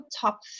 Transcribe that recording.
top